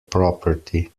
property